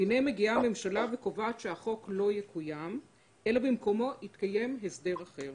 והנה מגיעה הממשלה וקובעת שהחוק לא יקוים אלא במקומו יתקיים הסדר אחר.